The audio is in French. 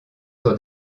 sur